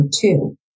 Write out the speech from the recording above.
two